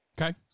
Okay